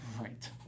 Right